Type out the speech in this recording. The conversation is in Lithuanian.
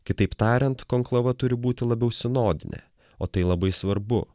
kitaip tariant konklava turi būti labiau sinodinė o tai labai svarbu